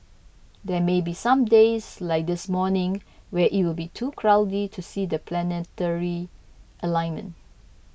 there may be some days like this morning where it will be too cloudy to see the planetary alignment